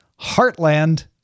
Heartland